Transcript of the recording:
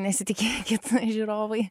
nesitikėkit žiūrovai